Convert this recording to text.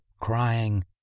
crying